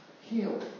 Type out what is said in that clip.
heal